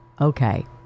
Okay